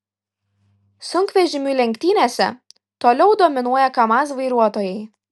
sunkvežimių lenktynėse toliau dominuoja kamaz vairuotojai